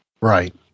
Right